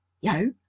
yo